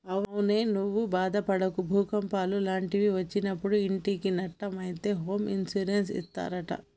అవునే నువ్వు బాదపడకు భూకంపాలు లాంటివి ఒచ్చినప్పుడు ఇంటికి నట్టం అయితే హోమ్ ఇన్సూరెన్స్ ఇస్తారట